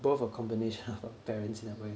both our combination of our parents in a way